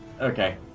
okay